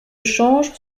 change